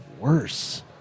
worse